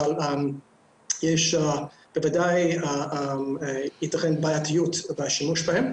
אבל בוודאי תיתכן בעייתיות בשימוש בהן,